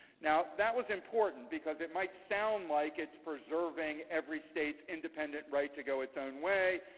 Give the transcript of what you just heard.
now that was important, because it might sound like it's preserving every state's independent right to go its own way.